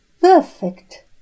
perfect